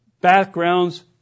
backgrounds